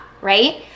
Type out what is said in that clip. right